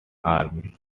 armies